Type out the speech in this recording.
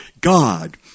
God